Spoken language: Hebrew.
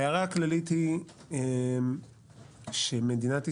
ההערה הכללית היא שמדינת ישראל,